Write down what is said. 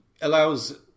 allows